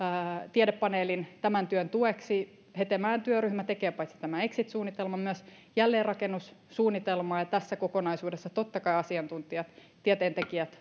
tiedepaneelin tämän työn tueksi hetemäen työryhmä tekee paitsi tämän exit suunnitelman myös jälleenrakennussuunnitelmaa ja tässä kokonaisuudessa totta kai asiantuntijat ja tieteentekijät